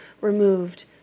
removed